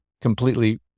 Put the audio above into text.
completely